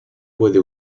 puede